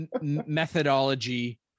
methodology